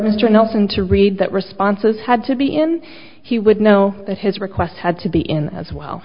mr nelson to read that responses had to be in he would know that his requests had to be in as well